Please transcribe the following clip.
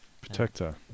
Protector